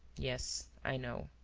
yes, i know.